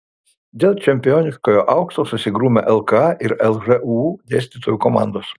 dėl čempioniškojo aukso susigrūmė lka ir lžūu dėstytojų komandos